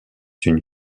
une